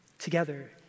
together